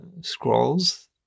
scrolls